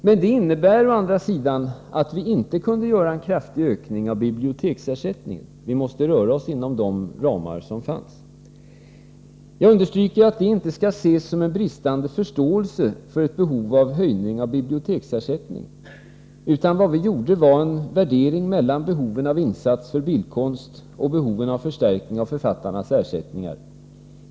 Men det innebar i sin tur att vi inte kunde göra en kraftig ökning av biblioteksersättningen. Vi måste röra oss inom de ramar som fanns. Jag understryker att det inte skall ses som en bristande förståelse för ett behov av höjning av biblioteksersättningen, utan vad vi gjorde var en jämförelse mellan behoven av insatser för bildkonst och behoven av förstärkning av författarnas ersättningar.